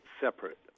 separate